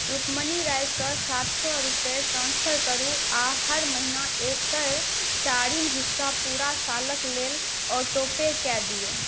रुक्मीनी रायकेँ सात सए रूपैआ ट्रांस्फर करू आ हर महिना एकर चारिम हिस्सा पूरा सालक लेल ऑटोपे कऽ दियौ